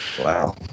Wow